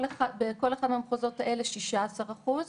יש בכל אחד מהמחוזות 16 אחוז.